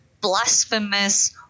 blasphemous